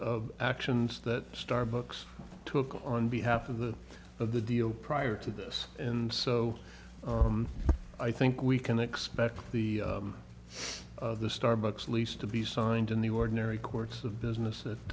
of actions that starbucks took on behalf of the of the deal prior to this and so i think we can expect the the starbucks lease to be signed in the ordinary course of business